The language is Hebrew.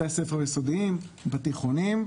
בתי ספר יסודיים ותיכוניים,